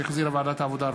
שהחזירה ועדת העבודה,